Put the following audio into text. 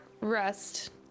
rest